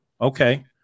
Okay